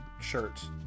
shirts